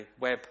web